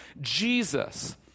Jesus